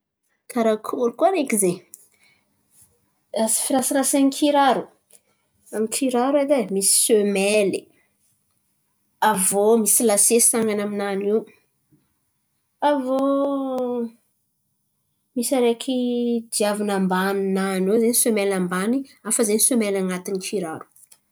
Karakôry koa araiky zen̈y? Firasarasany kiraro, amy kiraro edy e misy semaily, aviô misy lase san̈any aminany io. Aviô misy araiky diavina ambany nany ao zen̈y semaily ambany hafa zen̈y semaily an̈atiny kiraro.